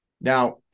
Now